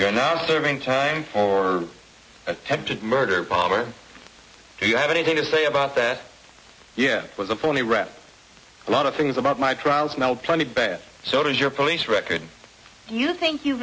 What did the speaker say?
you're not serving time for attempted murder bob or do you have anything to say about that yeah it was a bully rat a lot of things about my trials now plenty bad so does your police record you think you